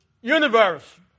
universe